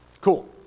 Cool